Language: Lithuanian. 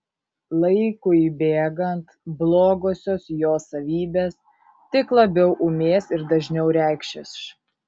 laikui bėgant blogosios jo savybės tik labiau ūmės ir dažniau reikšis